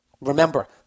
Remember –